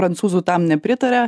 prancūzų tam nepritaria